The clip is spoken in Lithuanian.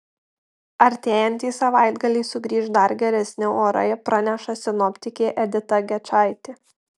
artėjantį savaitgalį sugrįš dar geresni orai praneša sinoptikė edita gečaitė